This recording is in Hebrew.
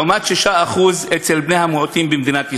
לעומת 6% אצל בני-המיעוטים במדינת ישראל.